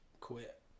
quit